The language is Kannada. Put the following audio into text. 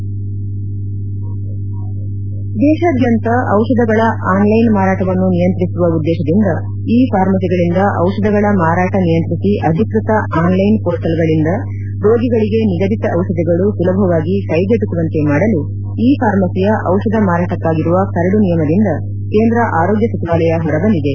ಹೆಡ್ ದೇಶಾದ್ದಂತ ದಿಷಧಗಳ ಆನ್ಲೈನ್ ಮಾರಾಟವನ್ನು ನಿಯಂತ್ರಿಸುವ ಉದ್ದೇಶದಿಂದ ಇ ಫಾರ್ಮಸಿಗಳಿಂದ ದಿಷಧಗಳ ಮಾರಾಟ ನಿಯಂತ್ರಿಸಿ ಅಧಿಕೃತ ಆನ್ಲೈನ್ ಪೋರ್ಟಲ್ಗಳಿಂದ ರೋಗಿಗಳಿಗೆ ನಿಗದಿತ ಚಿಷಧಗಳು ಸುಲಭವಾಗಿ ಕೈಗೆಟಕುವಂತೆ ಮಾಡಲು ಇ ಫಾರ್ಮಸಿಯ ಡಿಷಧ ಮಾರಾಟಕ್ಕಾಗಿರುವ ಕರಡು ನಿಯಮದಿಂದ ಕೇಂದ್ರ ಆರೋಗ್ಲ ಸಚಿವಾಲಯ ಹೊರಬಂದಿದೆ